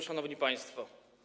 Szanowni Państwo!